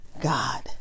God